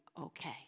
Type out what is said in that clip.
okay